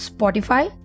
Spotify